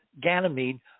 Ganymede